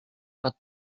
but